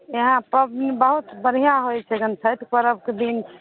इहाँ पबनी बहुत बढ़िआँ होइ छैगन छठि पर्बके दिन